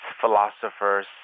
philosophers